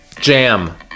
jam